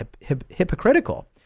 hypocritical